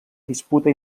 disputa